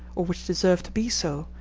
or which deserve to be so,